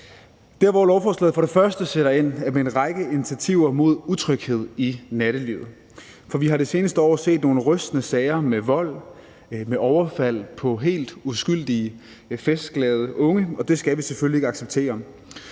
sted, hvor lovforslaget sætter ind, er med en række initiativer mod utryghed i nattelivet, for vi har det seneste år set nogle rystende sager med vold og med overfald på helt uskyldige festglade unge, og det skal vi selvfølgelig ikke acceptere.